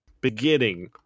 beginning